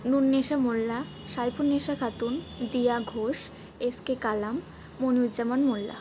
Nunnesa Molla Saifunnesa Khatun Diya Ghosh S K Kalam Monuruzzaman Molla